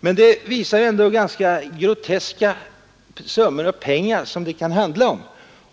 Detta exempel visar dock vilka groteska summor pengar det kan handla om,